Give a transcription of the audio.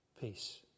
peace